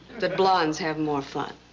that blondes have more fun.